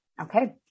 Okay